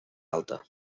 alta